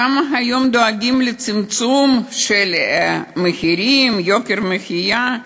כמה דואגים היום לצמצום מחירים, יוקר המחיה.